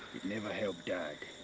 never helped dad,